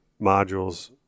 module's